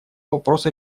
вопросу